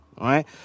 right